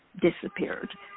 disappeared